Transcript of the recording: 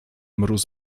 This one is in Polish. mróz